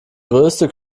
größte